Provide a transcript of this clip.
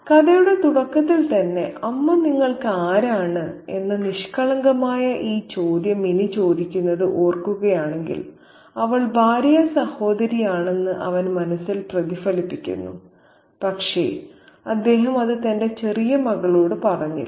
കഥയുടെ തുടക്കത്തിൽ തന്നെ അമ്മ നിങ്ങൾക്ക് ആരാണ് എന്ന നിഷ്കളങ്കമായ ഈ ചോദ്യം മിനി ചോദിക്കുന്നത് ഓർക്കുകയാണെങ്കിൽ അവൾ ഭാര്യാസഹോദരിയാണെന്ന് അവൻ മനസ്സിൽ പ്രതിഫലിപ്പിക്കുന്നു പക്ഷേ അദ്ദേഹം അത് തന്റെ ചെറിയ മകളോട് പറഞ്ഞില്ല